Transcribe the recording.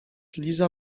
liza